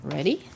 Ready